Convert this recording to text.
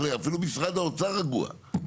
אפילו משרד האוצר רגוע,